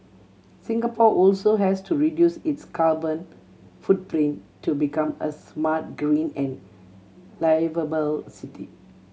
Singapore also has to reduce its carbon footprint to become a smart green and liveable city